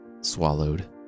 swallowed